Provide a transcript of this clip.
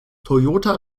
toyota